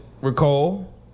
recall